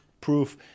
proof